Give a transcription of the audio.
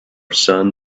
son